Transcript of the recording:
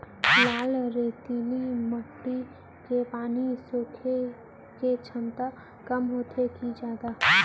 लाल रेतीली माटी के पानी सोखे के क्षमता कम होथे की जादा?